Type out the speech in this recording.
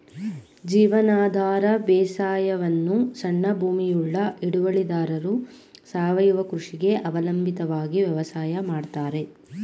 ಜೀವನಾಧಾರ ಬೇಸಾಯವನ್ನು ಸಣ್ಣ ಭೂಮಿಯುಳ್ಳ ಹಿಡುವಳಿದಾರರು ಸಾವಯವ ಕೃಷಿಗೆ ಅವಲಂಬಿತವಾಗಿ ವ್ಯವಸಾಯ ಮಾಡ್ತರೆ